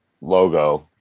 logo